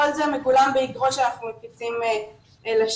כל זה מגולם באגרות שאנחנו מפיצים לשטח.